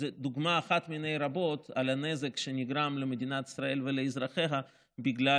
הוא דוגמה אחת מני רבות לנזק שנגרם למדינת ישראל ולאזרחיה בגלל